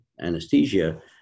anesthesia